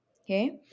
okay